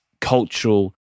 cultural